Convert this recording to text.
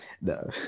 No